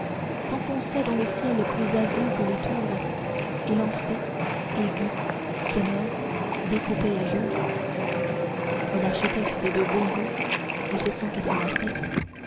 s'enfonçait dans le ciel plus avant que les tours élancé aigu sonore découpé à jour un architecte de bon goût